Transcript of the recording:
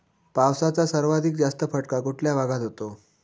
पावसाचा सर्वाधिक जास्त फटका कुठल्या भागात होतो?